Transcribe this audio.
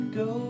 go